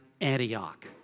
Antioch